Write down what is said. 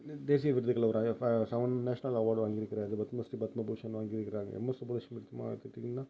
ந தேசிய விருதுகளில் ஒரு அ ஃப செவன் நேஷ்னல் அவார்டு வாங்கிருக்குறார் பத்மஸ்ரீ பத்மபூஷன் வாங்கிருக்குறார் எம்எஸ் சுப்புலக்ஷ்மி முக்கியமாக எடுத்துக்கிட்டிங்கன்னா